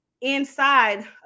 inside